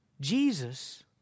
Jesus